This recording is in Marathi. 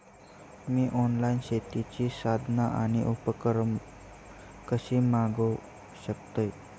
मी ऑनलाईन शेतीची साधना आणि उपकरणा कशी मागव शकतय?